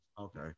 Okay